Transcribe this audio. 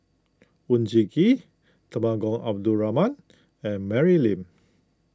Oon Jin Gee Temenggong Abdul Rahman and Mary Lim